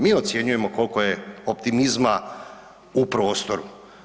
Mi ocjenjujemo koliko je optimizma u prostoru.